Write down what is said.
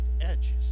edges